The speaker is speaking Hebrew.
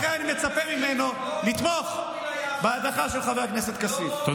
עופר כסיף לא